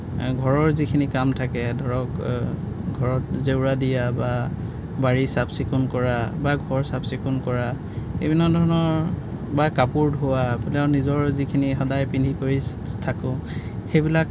ঘৰৰ যিখিনি কাম থাকে ধৰক ঘৰত জেউৰা দিয়া বা বাৰী চাফচিকুন কৰা বা ঘৰ চাফচিকুণ কৰা বিভিন্নধৰণৰ বা কাপোৰ ধোৱা আপোনাৰ নিজৰ যিখিনি সদায় পিন্ধি কৰি থাকোঁ সেইবিলাক